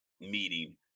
meeting